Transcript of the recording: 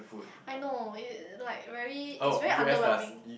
I know it like very it's very underwhelming